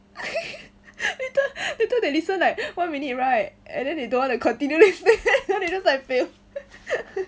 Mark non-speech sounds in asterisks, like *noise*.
*laughs* later later they listen like one minute right and then they don't want to continue *laughs* then they just like fail *laughs*